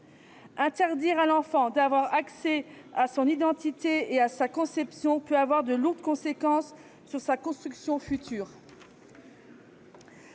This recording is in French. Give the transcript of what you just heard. Interdire à l'enfant d'avoir accès à son identité et à sa conception peut avoir de lourdes conséquences sur sa construction future.